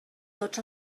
tots